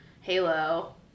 Halo